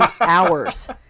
hours